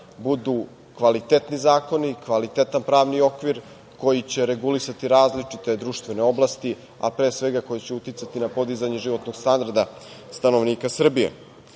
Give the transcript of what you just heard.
budu kvalitetni zakoni, kvalitetan pravni okvir koji će regulisati različite društvene oblasti, a pre svega koji će uticati na podizanje životnog standarda stanovnika Srbije. To